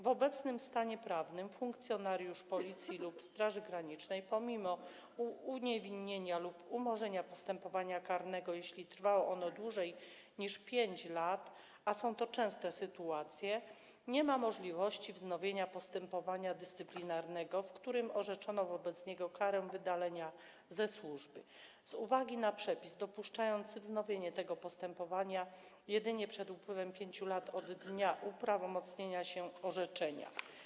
W obecnym stanie prawnym funkcjonariusz Policji lub Straży Granicznej pomimo uniewinnienia lub umorzenia postępowania karnego, jeśli trwało ono dłużej niż 5 lat - a są to częste sytuacje - nie ma możliwości wznowienia postępowania dyscyplinarnego, w którym orzeczono wobec niego karę wydalenia ze służby z uwagi na przepis dopuszczający wznowienie tego postępowania jedynie przed upływem 5 lat od dnia uprawomocnienia się orzeczenia.